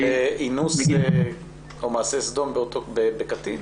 של אינוס או מעשה סדום בקטין?